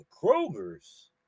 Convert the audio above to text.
kroger's